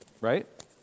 right